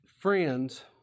friends